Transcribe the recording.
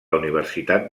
universitat